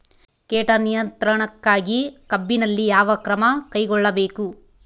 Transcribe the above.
ಕೇಟ ನಿಯಂತ್ರಣಕ್ಕಾಗಿ ಕಬ್ಬಿನಲ್ಲಿ ಯಾವ ಕ್ರಮ ಕೈಗೊಳ್ಳಬೇಕು?